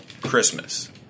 Christmas